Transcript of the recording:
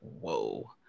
whoa